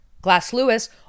Glass-Lewis